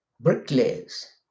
bricklayers